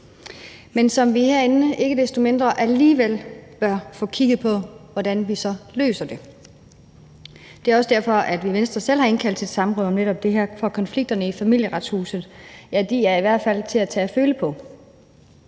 men som vi herinde ikke desto mindre alligevel bør få kigget på hvordan vi så løser. Det er også derfor, at vi i Venstre selv har indkaldt til et samråd om netop det her, for konflikterne i Familieretshuset er i hvert fald til at tage og føle på.